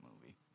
movie